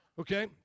okay